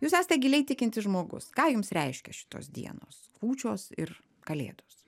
jūs esate giliai tikintis žmogus ką jums reiškia šitos dienos kūčios ir kalėdos